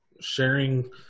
sharing